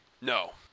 No